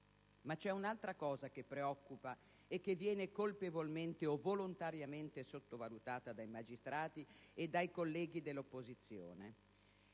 Ma c'è un'altra cosa che preoccupa e che viene colpevolmente o volontariamente sottovalutata dai magistrati e dai colleghi dell'opposizione.